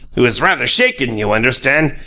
who is rather shaken, you understand,